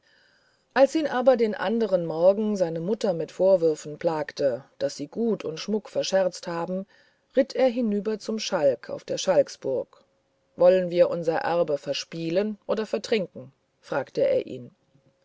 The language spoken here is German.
als ihn aber den andern morgen seine mutter mit vorwürfen plagte daß sie gut und schmuck verscherzt haben ritt er hinüber zum schalk auf der schalksburg wollen wir unser erbe verspielen oder vertrinken fragte er ihn